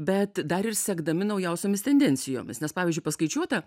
bet dar ir sekdami naujausiomis tendencijomis nes pavyzdžiui paskaičiuota